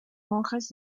monjas